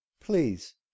please